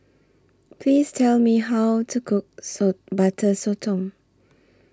Please Tell Me How to Cook Saw Butter Sotong